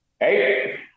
Hey